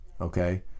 Okay